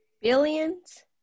Billions